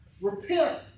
Repent